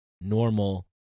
normal